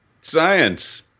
science